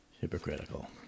hypocritical